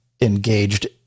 engaged